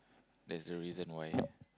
that's the reason why